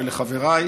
ולחבריי,